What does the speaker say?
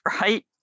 right